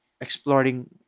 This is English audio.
exploring